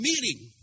meeting